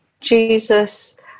Jesus